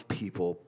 people